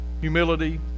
Humility